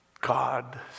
God